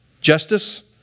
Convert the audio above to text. justice